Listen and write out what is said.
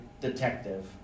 detective